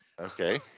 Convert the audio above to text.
Okay